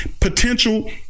Potential